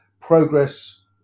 progress